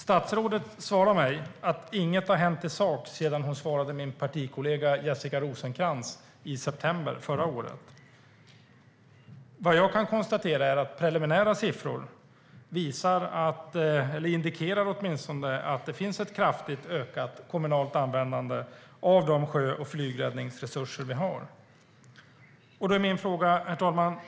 Statsrådet svarar att inget har hänt i sak sedan hon svarade min partikollega Jessica Rosencrantz i september förra året. Preliminära siffror visar, eller indikerar åtminstone, att det finns ett kraftigt ökat kommunalt användande av de sjö och flygräddningsresurser vi har.